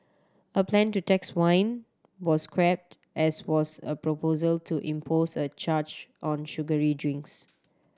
a plan to tax wine was scrapped as was a proposal to impose a charge on sugary drinks